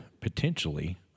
potentially